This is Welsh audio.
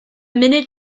munud